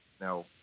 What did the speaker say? now